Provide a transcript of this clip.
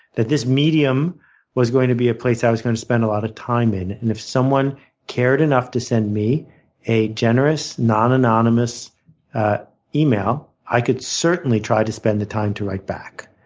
that this medium was going to be a place i was going to spend a lot of time in. and if someone cared enough to send me a generous, non anonymous email, i could certainly try to spend the time to write back.